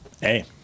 Hey